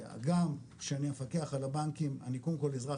הגם שאני המפקח על הבנקים אני קודם כל אזרח